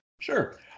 Sure